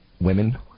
women